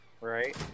Right